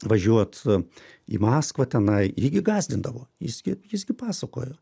važiuot į maskvą tenai jie gi gąsdindavo jis gi jis gi pasakojo